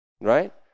Right